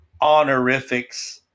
honorifics